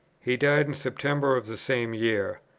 he died in september of the same year.